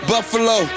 Buffalo